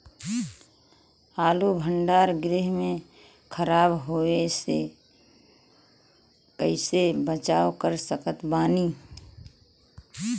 आलू भंडार गृह में खराब होवे से कइसे बचाव कर सकत बानी?